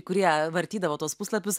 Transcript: kurie vartydavo tuos puslapius